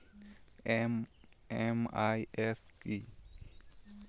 MIS কি?